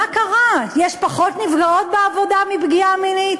יש פחות נפגעות בעבודה מפגיעה מינית?